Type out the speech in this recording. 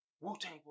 Wu-Tang